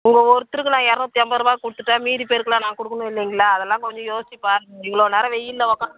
உங்க ஒருத்தருக்கு நான் இரநூத்தி ஐம்பதுரூபாக்கு கொடுத்துட்டேன் மீதி பேருக்கெலாம் நான் கொடுக்கணும் இல்லைங்களா அதெல்லாம் கொஞ்சம் யோசிச்சு பாருங்க இவ்வளோ நேரம் வெயிலில் உக்காந்து